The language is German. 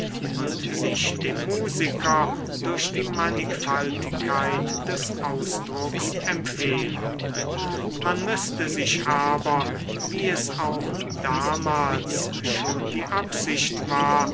und sich dem musiker durch die mannigfaltigkeit des ausdrucks empfehlen man müßte sich aber wie es auch damals schon die absicht war